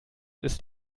ist